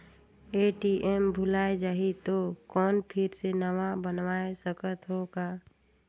ATM भुलाये जाही तो कौन फिर से नवा बनवाय सकत हो का?